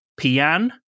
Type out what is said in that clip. Pian